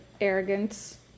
Arrogance